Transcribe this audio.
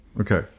Okay